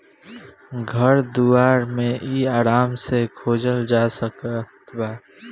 घर दुआर मे इ आराम से खोजल जा सकत बा